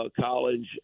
College